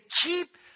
keep